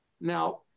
now